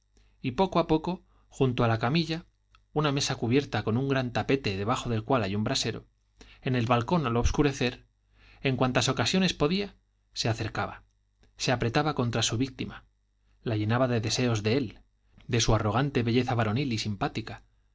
y poco a poco junto a la camilla una mesa cubierta con gran tapete debajo del cual hay un brasero en el balcón al obscurecer en cuantas ocasiones podía se acercaba se apretaba contra su víctima la llenaba de deseos de él de su arrogante belleza varonil y simpática